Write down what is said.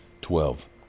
Twelve